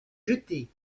jetée